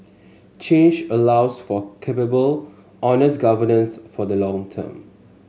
change allows for capable honest governance for the long term